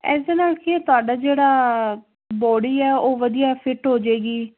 ਇਸਦੇ ਨਾਲ ਕੀ ਹੈ ਤੁਹਾਡਾ ਜਿਹੜਾ ਬੋਡੀ ਹੈ ਉਹ ਵਧੀਆ ਫਿੱਟ ਹੋ ਜੇਗੀ